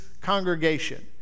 congregation